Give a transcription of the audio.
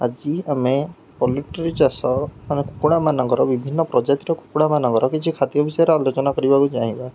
ଆଜି ଆମେ ପଉଲଟ୍ରୀ ଚାଷ ମାନେ କୁକୁଡ଼ାମାନଙ୍କର ବିଭିନ୍ନ ପ୍ରଜାତିର କୁକୁଡ଼ାମାନଙ୍କର କିଛି ଖାଦ୍ୟ ବିଷୟରେ ଆଲୋଚନା କରିବାକୁ ଚାହିଁବା